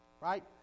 right